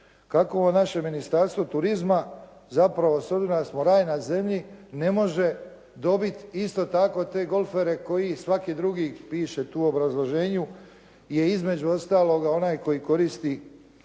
ovo naše ministarstvo turizma zapravo s obzirom da smo raj na zemlji ne može dobiti isto tako te golfere koji svaki drugi piše tu u obrazloženju je između ostaloga onaj koji koristi i